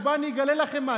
ובואו אני אגלה לכם משהו,